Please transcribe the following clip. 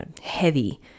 heavy